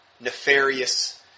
nefarious